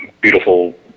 beautiful